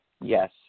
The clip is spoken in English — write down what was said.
Yes